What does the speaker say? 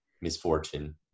misfortune